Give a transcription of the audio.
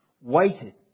waited